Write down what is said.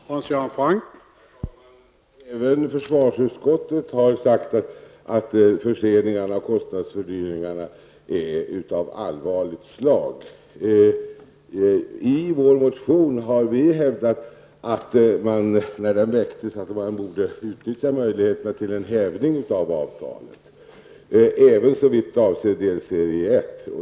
Herr talman! Även försvarsutskottet har uttalat att förseningarna och kostnadsfördyringarna är av allvarligt slag. När vår motion väcktes hävdade vi att man borde utnyttja möjligheterna till en hävning av avtalet, även såvitt avser delserie 1.